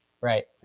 Right